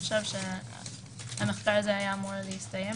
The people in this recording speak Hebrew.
המחקר הזה הסתיים?